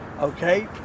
okay